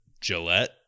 Gillette